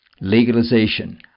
legalization